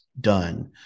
done